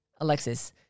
Alexis